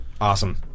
Awesome